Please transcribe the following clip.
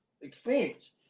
experience